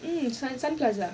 sun plaza